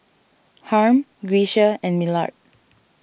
Harm Grecia and Millard